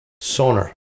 sonar